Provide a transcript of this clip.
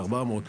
ל-400,